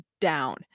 down